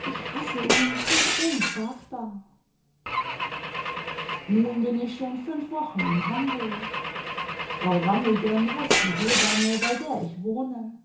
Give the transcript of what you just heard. ich hasse ihn so unsagbar nun bin ich schon fünf wochen in hamburg frau ranunigen heißt die hebamme bei der ich wohne